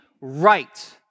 right